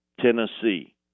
tennessee